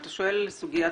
אתה שואל על סוגיית